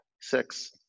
six